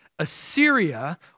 Assyria